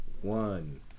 one